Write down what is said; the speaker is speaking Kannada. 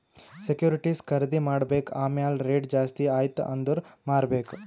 ಸೆಕ್ಯೂರಿಟಿಸ್ ಖರ್ದಿ ಮಾಡ್ಬೇಕ್ ಆಮ್ಯಾಲ್ ರೇಟ್ ಜಾಸ್ತಿ ಆಯ್ತ ಅಂದುರ್ ಮಾರ್ಬೆಕ್